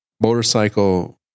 motorcycle